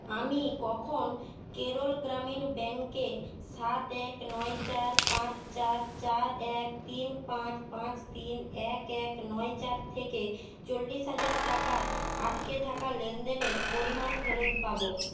আমি কখন কেরল গ্রামীণ ব্যাঙ্কে সাত এক নয় চার পাঁচ চার চার এক তিন পাঁচ পাঁচ তিন এক এক নয় চার থেকে চল্লিশ হাজার টাকার আটকে থাকা লেনদেনের পরিমাণ ফেরত পাবো